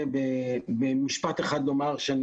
רוצה